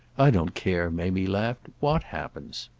i don't care, mamie laughed, what happens.